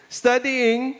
studying